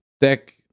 tech